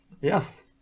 Yes